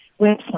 website